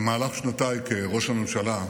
במהלך שנותיי כראש הממשלה,